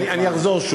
אני אחזור.